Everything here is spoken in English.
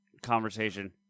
conversation